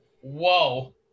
Whoa